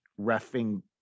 refing